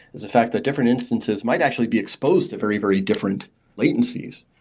is the fact that different instances might actually be exposed to very very different latencies.